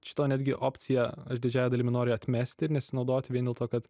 šito netgi opcija aš didžiąja dalimi noriu atmesti nesinaudoti vien dėl to kad